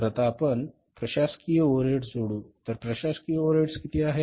तर आता आपण प्रशासकीय ओव्हरहेड्स जोडू तर प्रशासकीय ओव्हरहेड किती आहेत